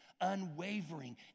unwavering